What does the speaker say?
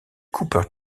cooper